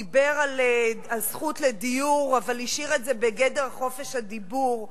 דיבר על זכות לדיור אבל השאיר את זה בגדר חופש הדיבור.